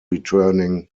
returning